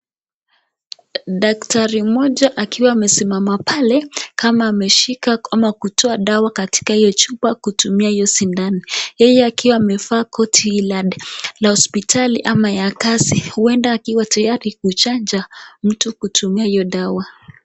Daktari mmoja akiwa amesimama pale, kama ameshika ama kutoa dawa katika chupa kutumia hiyo sindano. Yeye akiwa amevaa koti la hospitali ama ya kazi huku huenda akiwa tayari kuchanja mtu kutumia hiyo dawa.